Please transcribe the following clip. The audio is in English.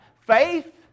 Faith